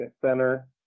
center